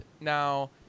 now